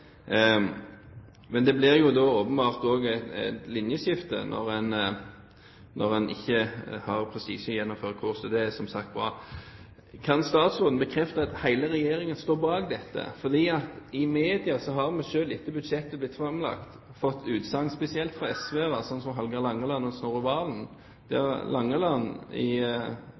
Men det blir åpenbart også et linjeskifte når en ikke har prestisje i å gjennomføre Kårstø. Det er som sagt bra. Kan statsråden bekrefte at hele regjeringen står bak dette? For i media har vi, selv etter at budsjettet ble framlagt, fått utsagn, spesielt fra SV-ere som Hallgeir Langeland og Snorre Serigstad Valen. Langeland sa i Haugesunds avis at Kårstø kommer i